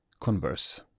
Converse